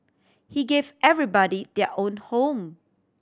he gave everybody their own home